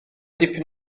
dipyn